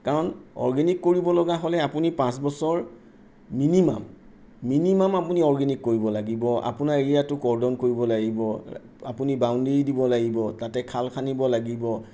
কাৰণ অৰ্গেনিক কৰিবলগা হ'লে আপুনি পাঁচ বছৰ মিনিমাম মিনিমাম আপুনি অৰ্গেনিক কৰিব লাগিব আপোনাৰ এৰিয়াটো কৰদঙ্ক কৰিব লাগিব আপুনি বাউণ্ডেৰী দিব লাগিব তাতে খাল খান্দিব লাগিব